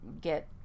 get